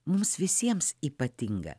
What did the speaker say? mums visiems ypatinga